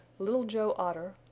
little joe otter,